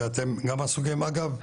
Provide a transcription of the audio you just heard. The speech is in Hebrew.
ואתם גם עסוקים אגב,